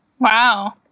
Wow